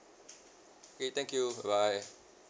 okay thank you bye bye